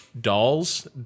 dolls